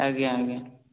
ଆଜ୍ଞା ଆଜ୍ଞା